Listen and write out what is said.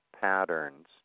patterns